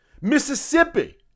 Mississippi